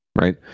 Right